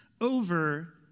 over